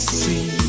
see